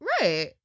Right